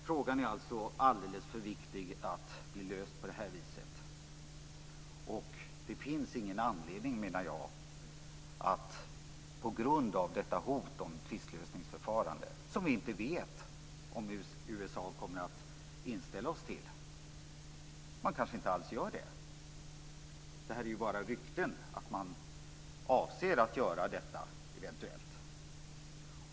Frågan är alltså alldeles för viktig för att bli löst på det här viset. Vi vet inte om USA kommer att ställa oss inför ett tvistlösningsförfarande. Man kanske inte alls gör det. Det är ju bara rykten att man eventuellt avser att göra detta.